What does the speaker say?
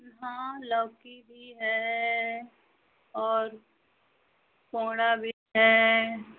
हाँ लौकी भी है और कोंहणा भी है